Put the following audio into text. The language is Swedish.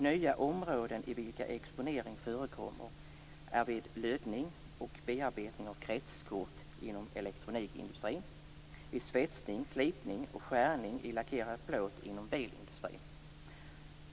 Nya områden inom vilka exponering förekommer är vid lödning och bearbetning av kretskort inom elektronikindustrin och vid svetsning, slipning och skärning i lackerad plåt inom bilindustrin.